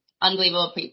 unbelievable